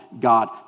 God